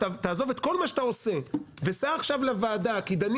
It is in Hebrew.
תעזוב את כל מה שאתה עושה וסע עכשיו לוועדה כי דנים